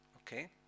okay